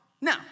Now